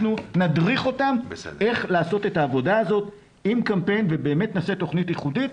ונדריך אותם איך לעשות את העבודה הזאת עם קמפיין ונעשה תוכנית ייחודית.